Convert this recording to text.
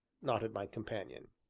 nodded my companion.